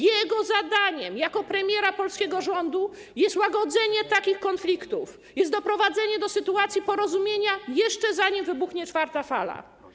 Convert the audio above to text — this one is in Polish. Jego zadaniem jako premiera polskiego rządu jest łagodzenie takich konfliktów, jest doprowadzenie do sytuacji porozumienia, jeszcze zanim wybuchnie czwarta fala.